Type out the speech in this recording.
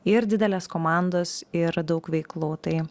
ir didelės komandos ir daug veiklų tai